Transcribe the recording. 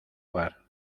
hogar